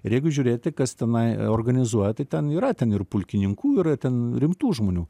ir jeigu žiūrėti kas tenai organizuoja ten yra ten ir pulkininkų yra ten rimtų žmonių